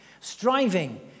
striving